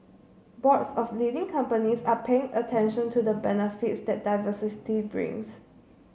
boards of leading companies are paying attention to the benefits that diversity brings